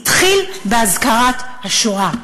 התחיל בהזכרת השואה.